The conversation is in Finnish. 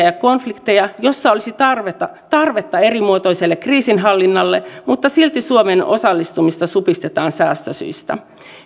ja konflikteja joissa olisi tarvetta tarvetta erimuotoiselle kriisinhallinnalle mutta silti suomen osallistumista supistetaan säästösyistä